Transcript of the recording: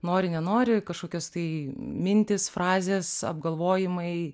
nori nenori kažkokios tai mintys frazės apgalvojimai